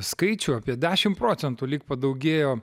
skaičių apie dešimt procentų lyg padaugėjo